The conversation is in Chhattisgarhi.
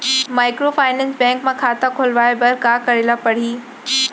माइक्रोफाइनेंस बैंक म खाता खोलवाय बर का करे ल परही?